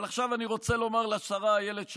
אבל עכשיו אני רוצה לומר לשרה אילת שקד: